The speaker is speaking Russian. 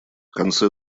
конце